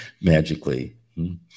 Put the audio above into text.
magically